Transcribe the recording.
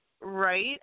right